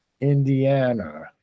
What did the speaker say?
indiana